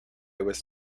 was